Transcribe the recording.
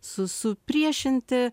su supriešinti